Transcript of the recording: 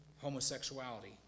homosexuality